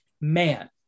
man